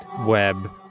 web